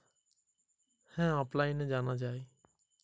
আমার অবশিষ্ট কিস্তির পরিমাণ কি অফলাইনে জানতে পারি?